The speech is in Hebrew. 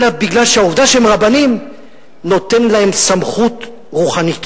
אלא העובדה שהם רבנים נותנת להם סמכות רוחנית,